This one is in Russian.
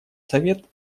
совет